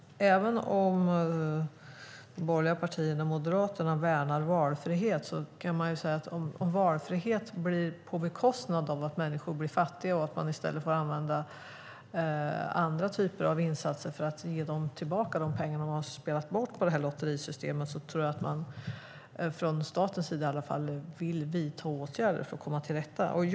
De borgerliga partierna och Moderaterna värnar valfrihet. Om valfrihet sker på bekostnad av att människor blir fattiga och man får använda andra typer av insatser för att ge dem tillbaka de pengar de har spelat bort på lotterisystemet tror jag att man i varje fall från statens sida vill vidta åtgärder för att komma till rätta med det.